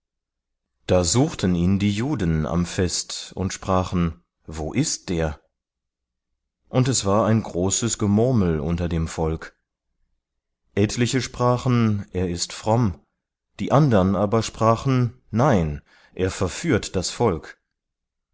da suchten ihn die juden am fest und sprachen wo ist der und es war ein großes gemurmel unter dem volk etliche sprachen er ist fromm die andern aber sprachen nein er verführt das volk